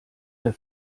der